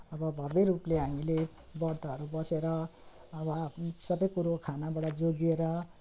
अब भव्य रूपले हामीले व्रतहरू बसेर अब सबै कुरो खानाबाट जोगिएर